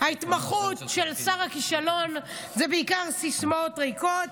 ההתמחות של שר הכישלון היא בעיקר סיסמאות ריקות.